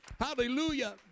Hallelujah